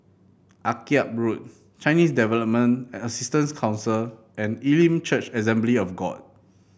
Akyab Road Chinese Development Assistance Council and Elim Church Assembly of God